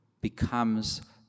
becomes